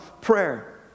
prayer